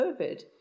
covid